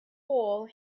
hole